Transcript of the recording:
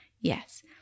Yes